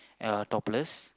are topless